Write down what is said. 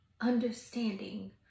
understanding